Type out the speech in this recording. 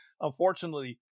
Unfortunately